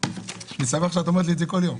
יש טבלאות